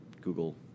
Google